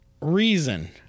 reason